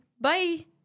bye